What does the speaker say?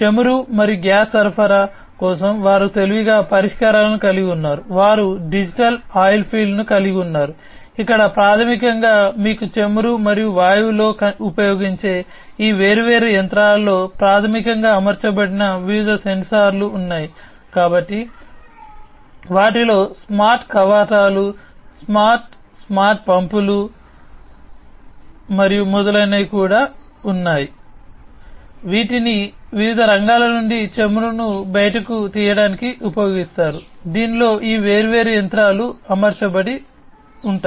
చమురు మరియు గ్యాస్ సరఫరా మరియు మొదలైనవి కూడా ఉన్నాయి వీటిని వివిధ రంగాల నుండి చమురును బయటకు తీయడానికి ఉపయోగిస్తారు దీనిలో ఈ వేర్వేరు యంత్రాలు అమర్చబడతాయి